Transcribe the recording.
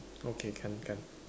okay can can